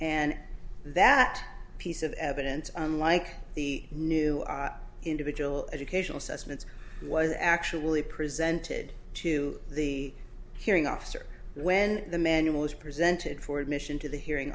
and that piece of evidence unlike the new individual educational system and was actually presented to the hearing officer when the manual is presented for admission to the hearing